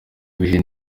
ibihe